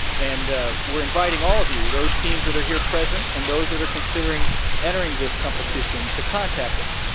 and we're inviting all of you, those teams that are here present, and those that are considering entering this competition, to contact us.